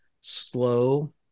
slow